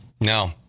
No